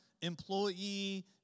employee